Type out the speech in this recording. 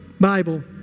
Bible